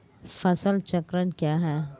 फसल चक्रण क्या है?